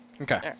Okay